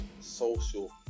social